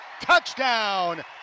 Touchdown